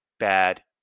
bad